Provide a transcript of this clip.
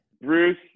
Bruce